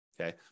okay